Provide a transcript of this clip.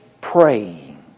praying